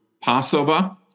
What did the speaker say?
Passover